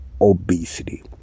obesity